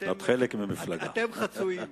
אתם חצויים.